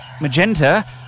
Magenta